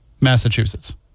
Massachusetts